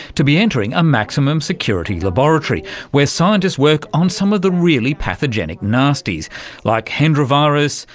to be entering a maximum security laboratory where scientists work on some of the really pathogenic nasties like hendra virus,